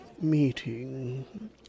meeting